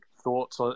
thoughts